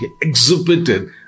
exhibited